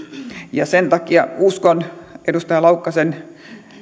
sen takia uskon tähän edustaja laukkasen